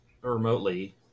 remotely